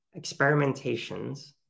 experimentations